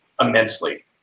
immensely